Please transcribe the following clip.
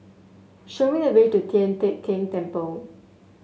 show me the way to Tian Teck Keng Temple